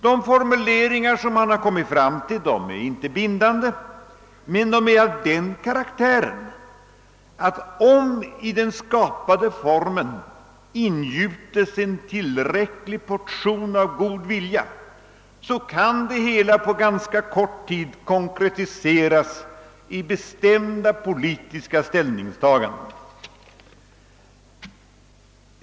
De formuleringar man har kommit fram till är inte bindande, men de är av den karaktären att om i den skapade formen ingjutes en tillräcklig portion av god vilja, så kan det hela på ganska kort tid konkretiseras i bestämda politiska ställningstaganden.